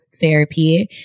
therapy